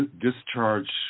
discharge